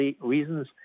reasons